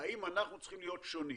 האם אנחנו צריכים להיות שונים.